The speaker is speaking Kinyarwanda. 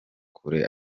kure